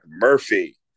Murphy